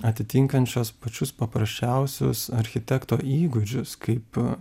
atitinkančios pačius paprasčiausius architekto įgūdžius kaip